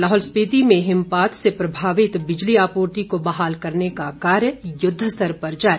लाहौल स्पिति में हिमपात से प्रभावित बिजली आपूर्ति को बहाल करने का कार्य युद्ध स्तर पर जारी